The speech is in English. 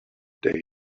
day